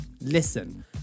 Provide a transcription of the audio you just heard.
Listen